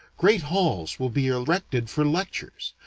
great halls will be erected for lectures,